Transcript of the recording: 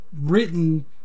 written